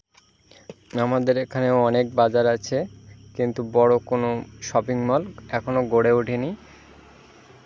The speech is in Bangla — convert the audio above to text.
আমাদের এখানে অনেক বাজার আছে কিন্তু বড়ো কোনো শপিং মল এখনো গড়ে ওঠে নি